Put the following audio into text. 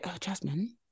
Jasmine